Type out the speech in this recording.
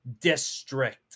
District